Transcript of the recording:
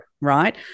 right